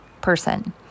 person